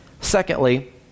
Secondly